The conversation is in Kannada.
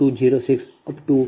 2793 0